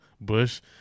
bush